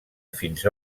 fins